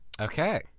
Okay